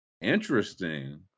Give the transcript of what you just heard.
Interesting